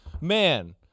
man